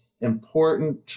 important